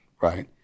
Right